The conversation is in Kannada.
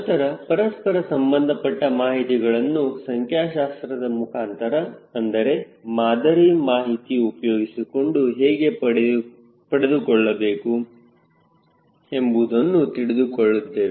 ನಂತರ ಪರಸ್ಪರ ಸಂಬಂಧಪಟ್ಟ ಮಾಹಿತಿಗಳನ್ನು ಸಂಖ್ಯಾಶಾಸ್ತ್ರದ ಮುಖಾಂತರ ಅಂದರೆ ಮಾದರಿ ಮಾಹಿತಿ ಉಪಯೋಗಿಸಿಕೊಂಡು ಹೇಗೆ ಪಡೆದುಕೊಳ್ಳಬೇಕು ಎಂಬುದನ್ನು ತಿಳಿದುಕೊಂಡಿದ್ದೇವೆ